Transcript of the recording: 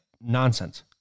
nonsense